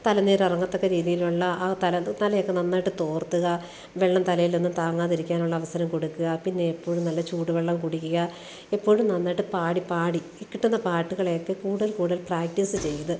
തലനീര് എറങ്ങത്തക്ക രീതിയിലുള്ള ആ തലയൊക്കെ നന്നായിട്ട് തോര്ത്തുക വെള്ളം തലയിലൊന്നും താങ്ങാതിരിക്കാനുള്ള അവസരം കൊടുക്കുക പിന്നെ എപ്പോഴും നല്ല ചൂടുവെള്ളം കുടിക്കുക എപ്പോഴും നന്നായിട്ട് പാടി പാടി കിട്ടുന്ന പാട്ടുകളെയൊക്കെ കൂടുതല് കൂടുതല് പ്രാക്റ്റീസ് ചെയ്ത്